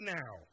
now